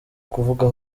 kuvuga